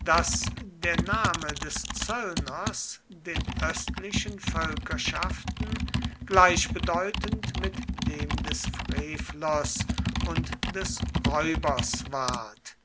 daß der name des zöllners den östlichen völkerschaften gleichbedeutend mit dem des frevlers und des räubers ward